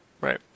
Right